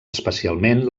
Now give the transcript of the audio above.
especialment